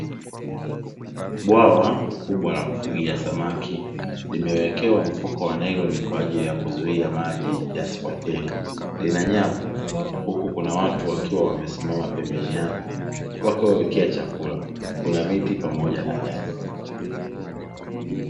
Bwawa kubwa la kufugia samaki, limewekewa mfuko wa nailoni kwa ajili ya kuzuia maji yasipotee, lina nyavu. Huku kuna watu wakiwa wamesimama pembeni yake wakiwawekea chakula. Kuna miti pamoja na nyasi.